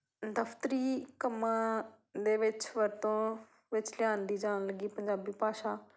ਦਫਤਰੀ ਕੰਮਾਂ ਦੇ ਵਿੱਚ ਵਰਤੋਂ ਵਿੱਚ ਲਿਆਉਂਦੀ ਜਾਣ ਲੱਗੀ ਪੰਜਾਬੀ ਭਾਸ਼ਾ